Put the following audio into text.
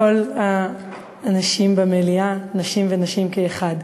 כל האנשים במליאה, נשים ואנשים כאחד,